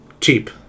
cheap